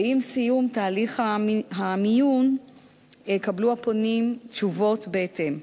ועם סיום תהליך המיון יקבלו הפונים תשובות בהתאם.